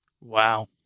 wow